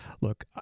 Look